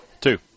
two